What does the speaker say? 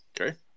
okay